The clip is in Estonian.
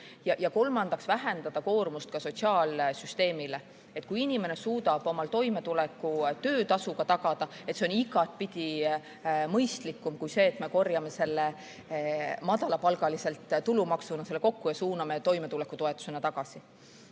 ning et vähendada koormust sotsiaalsüsteemile. Kui inimene suudab oma toimetuleku töötasuga tagada, on see igatpidi mõistlikum kui see, et me korjame selle madalapalgalistelt tulumaksuna kokku ja suuname toimetulekutoetusena tagasi.